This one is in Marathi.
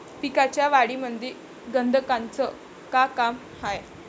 पिकाच्या वाढीमंदी गंधकाचं का काम हाये?